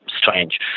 strange